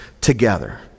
together